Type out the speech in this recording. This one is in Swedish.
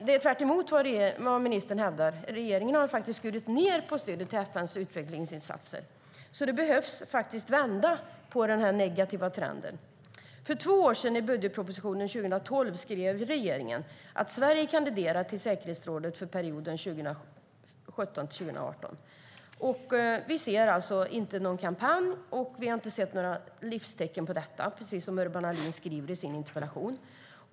Det är tvärtemot vad ministern hävdar, för regeringen har faktiskt skurit ned på stödet till FN:s utvecklingsinsatser. Den negativa trenden behöver vändas. För två år sedan, i budgetpropositionen för 2012, skrev regeringen: "Sverige kandiderar till säkerhetsrådet för perioden 2017-2018." Men vi ser ingen kampanj - vi har inte sett några tecken på någon sådan, precis som Urban Ahlin skriver i sin interpellation.